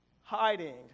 Hiding